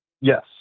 Yes